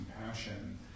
compassion